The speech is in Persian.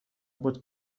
بود